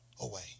away